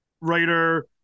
writer